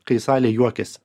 kai salė juokiasi